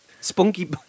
Spunky